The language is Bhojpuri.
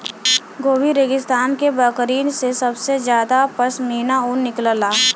गोबी रेगिस्तान के बकरिन से सबसे जादा पश्मीना ऊन निकलला